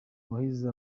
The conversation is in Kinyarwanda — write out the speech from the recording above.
wahize